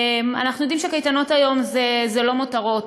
אנחנו יודעים שקייטנות היום זה לא מותרות,